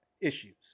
issues